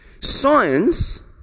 Science